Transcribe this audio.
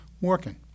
working